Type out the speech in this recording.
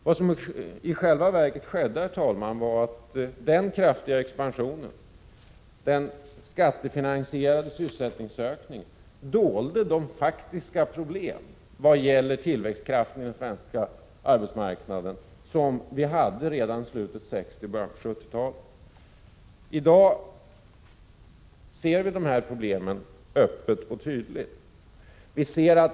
Vad som i själva verket skedde, herr talman, var att den kraftiga expansionen, den skattefinansierade sysselsättningsökningen, dolde de faktiska problem vad gäller tillväxtkraft i den svenska arbetsmarknaden som vi hade redan i slutet av 60-talet och början av 70-talet. I dag ser vi problemen öppet och tydligt.